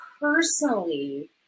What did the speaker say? personally